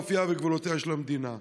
אופייה וגבולותיה של המדינה.